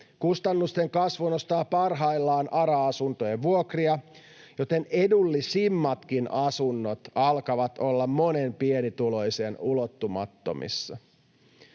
Kustannusten kasvu nostaa parhaillaan ARA-asuntojen vuokria, joten edullisimmatkin asunnot alkavat olla monen pienituloisen ulottumattomissa.